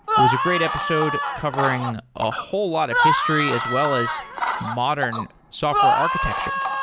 it was a great episode covering a whole lot of history, as well as modern software architecture.